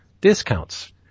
discounts